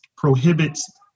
prohibits